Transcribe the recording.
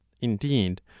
indeed